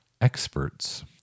Experts